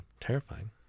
Terrifying